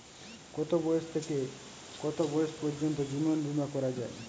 কতো বয়স থেকে কত বয়স পর্যন্ত জীবন বিমা করা যায়?